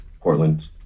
Portland